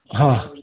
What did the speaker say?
हा